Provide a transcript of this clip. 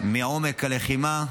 מעומק הלחימה.